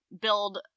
build